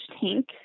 tank